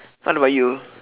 what about you